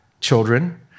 children